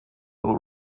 will